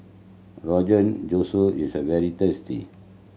Rogan is a very tasty